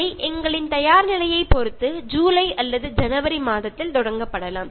இதை எங்களின் தயார்நிலையைப் பொறுத்து ஜூலை அல்லது ஜனவரி மாதத்தில் தொடங்கப்படலாம்